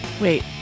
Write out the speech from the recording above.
wait